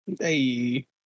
Hey